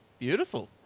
Beautiful